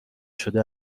شده